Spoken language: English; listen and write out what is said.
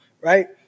right